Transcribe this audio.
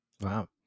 Wow